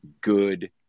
good